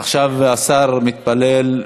עכשיו השר מתפלל.